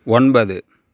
ஒன்பது